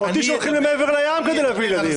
אותי שולחים מעבר לים כדי להביא ילדים.